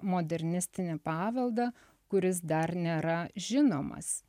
modernistinį paveldą kuris dar nėra žinomas